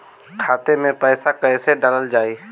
खाते मे पैसा कैसे डालल जाई?